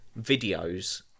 videos